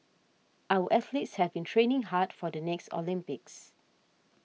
our athletes have been training hard for the next Olympics